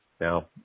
Now